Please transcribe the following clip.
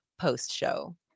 post-show